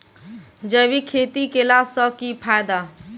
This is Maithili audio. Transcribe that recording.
जैविक खेती केला सऽ की फायदा?